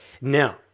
Now